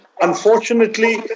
Unfortunately